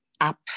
up